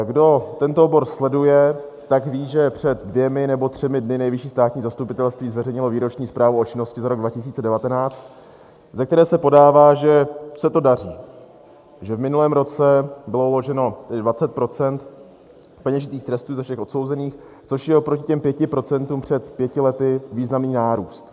Kdo tento obor sleduje, tak ví, že před dvěma nebo třemi dny Nejvyšší státní zastupitelství zveřejnilo výroční zprávu o činnosti za rok 2019, ve které se podává, že se to daří, že v minulém roce bylo uloženo 20 % peněžitých trestů ze všech odsouzených, což je oproti těm 5 % před pěti lety významný nárůst.